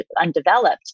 undeveloped